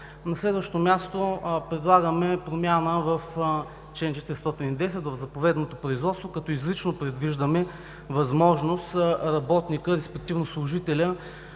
На следващо място, предлагаме, промяна в чл. 410 в заповедното производство като изрично предвиждаме възможност работникът, респективно служителят,